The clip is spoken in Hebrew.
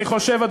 אני חושב,